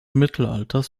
mittelalters